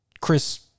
Chris